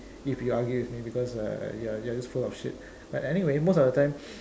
if you argue with me because uh you're you're just full of shit but anyway most of the time